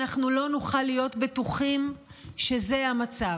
אנחנו לא נוכל להיות בטוחים שזה המצב.